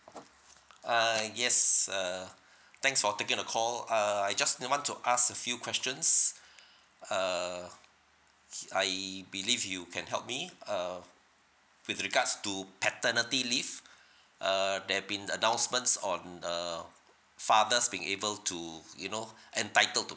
uh yes uh thanks for taking the call uh I just you know want to ask a few questions uh I believe you can help me uh with regards to paternity leave err there been announcements on uh fathers being able to you know entitled to